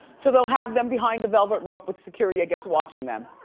so they'll have them behind a velvet rope with security i guess watching them.